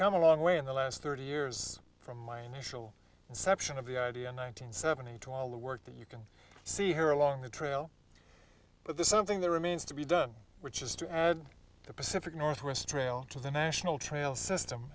come a long way in the last thirty years from my initial assumption of the idea nine hundred seventy two all the work that you can see here along the trail but there's something that remains to be done which is to add the pacific northwest trail to the national trail system